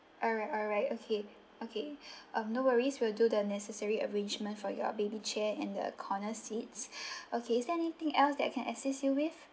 alright alright okay okay um no worries we'll do the necessary arrangement for your baby chair and the corner seats okay is there anything else that I can assist you with